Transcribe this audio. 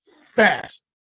fast